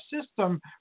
system